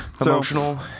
emotional